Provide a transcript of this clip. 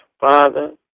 Father